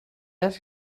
asked